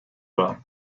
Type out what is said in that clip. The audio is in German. war